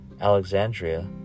Alexandria